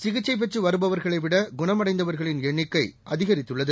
சிகிச்சை பெற்று வருபவர்களை விட குணம் அடைந்தவர்களின் எண்ணிக்கை அதிகரித்துள்ளது